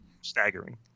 staggering